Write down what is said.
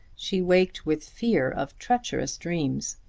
she waked with fear of treacherous dreams.